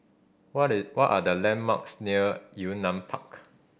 what what are the landmarks near Yunnan Park